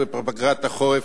ובפגרת החורף,